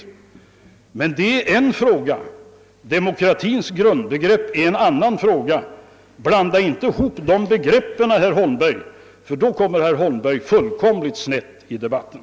Detta är emellertid en sak, demokratins grundbegrepp är en annan. Om herr Holmberg blandar ihop de begreppen, så kommer han fullkomligt snett i debatten.